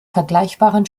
vergleichbaren